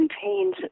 contains